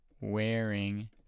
wearing